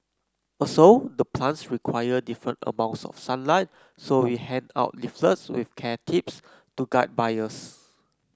also the plants require different amounts of sunlight so we hand out leaflets with care tips to guide buyers